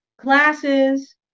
classes